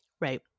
Right